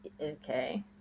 Okay